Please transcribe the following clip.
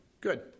good